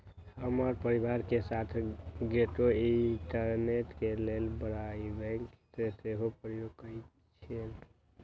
हमर परिवार में सभ गोटे इंटरनेट के लेल ब्रॉडबैंड के सेहो प्रयोग करइ छिन्ह